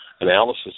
analysis